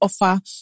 offer